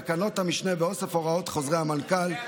תקנות המשנה ואוסף הוראות חוזרי המנכ"ל,